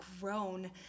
grown